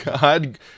God